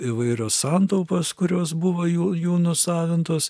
įvairios santaupos kurios buvo jų jų nusavintos